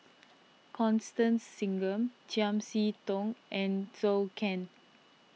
Constance Singam Chiam See Tong and Zhou Can